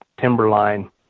timberline